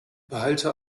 behalte